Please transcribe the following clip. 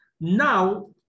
Now